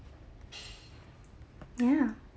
ya